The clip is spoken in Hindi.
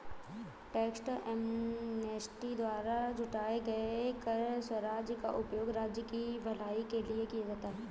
टैक्स एमनेस्टी द्वारा जुटाए गए कर राजस्व का उपयोग राज्य की भलाई के लिए किया जाता है